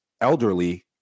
elderly